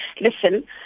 listen